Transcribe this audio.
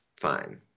fine